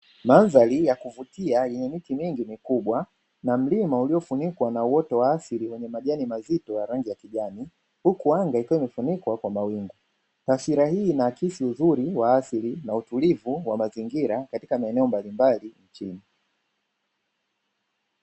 Mandhari ya kuvutia yenye miti mingi mikubwa na mlima uliofunikwa na uoto wa asili wenye majani mazito ya rangi ya kijani, huku anga ikiwa imefunikwa kwa mawingu. Taswira hii inaakisi uzuri wa asili na utulivu wa mazingira katika maeneo mbalimbali nchini.